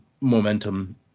momentum